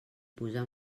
posar